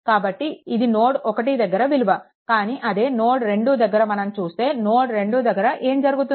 కాబట్టి ఇది నోడ్ 1 దగ్గర విలువ కానీ అదే నోడ్2 దగ్గర మనం చూస్తే నోడ్2 దగ్గర ఏం జరుగుతుంది